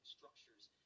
structures